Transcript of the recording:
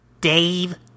Dave